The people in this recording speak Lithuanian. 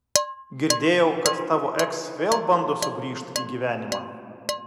girdėjau kad tavo eks vėl bando sugrįžt į gyvenimą